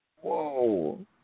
Whoa